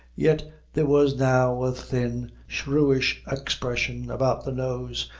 yet there was now a thin, shrewish expression about the nose,